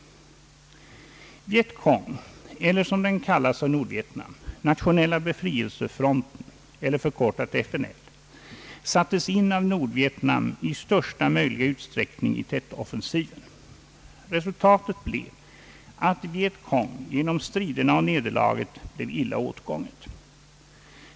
Vietcong, eller som den kallas av Nordvietnam, Nationella befrielsefronten, förkortat FNL, sattes in av Nordvietnam i största möjliga utsträckning i Tet-offensiven. Resultatet blev att vietcong genom striderna och nederlaget blev illa åtgånget.